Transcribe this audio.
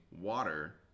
water